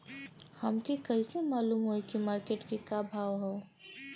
हमके कइसे मालूम होई की मार्केट के का भाव ह?